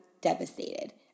devastated